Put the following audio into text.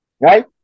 Right